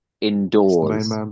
indoors